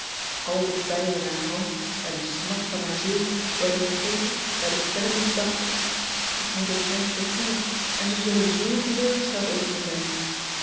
al de pijn in haar hand en de smart van haar ziel werden vergeten bij de kwellende gedachte ik moet het thuis vertellen en ze zullen zoo teleurgesteld over me zijn